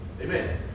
Amen